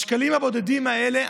בשקלים הבודדים האלה,